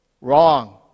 Wrong